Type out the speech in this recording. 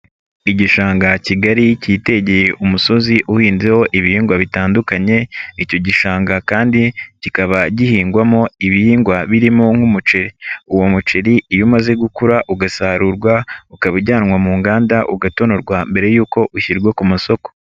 Igishanga kigari kitegeye umusozi uhinzeho ibihingwa bitandukanye icyo gishanga kandi kikaba gihingwamo ibihingwa birimo nk'umuceri, uwo muceri iyo umaze gukura ugasarurwa ukaba ujyanwa mu nganda ugatonorwa mbere y'uko ushyirwa ku masoko.